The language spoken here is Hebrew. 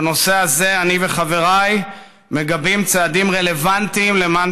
בנושא הזה אני וחבריי מגבים צעדים רלוונטיים למען